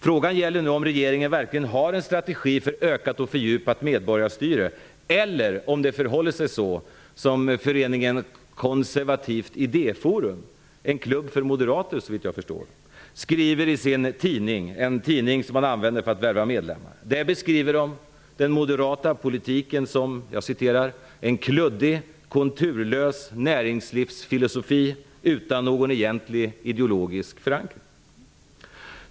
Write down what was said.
Frågan gäller om regeringen verkligen har en strategi för ökat och fördjupat medborgarstyre eller om det förhåller sig så som föreningen Konservativt idéforum -- såvitt jag förstår en klubb för moderater -- skriver i sin tidning, som man använder för att värva medlemmar. Man skriver där om den moderata politiken som ''en kluddig konturlös näringslivsfilosofi utan någon egentlig ideologisk förankring''.